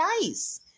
nice